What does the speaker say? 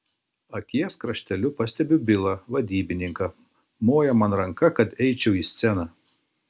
akies krašteliu pastebiu bilą vadybininką moja man ranka kad eičiau į sceną